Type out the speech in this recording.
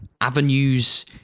avenues